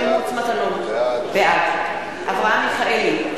בעד אברהם מיכאלי,